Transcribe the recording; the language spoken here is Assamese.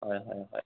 হয় হয় হয়